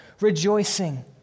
rejoicing